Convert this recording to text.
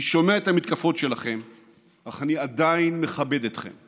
אני שומע את המתקפות שלכם אך אני עדיין מכבד אתכם.